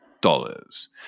dollars